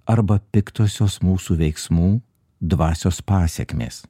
arba piktosios mūsų veiksmų dvasios pasekmės